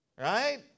Right